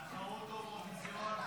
את לתחרות אירוויזיון,